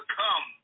come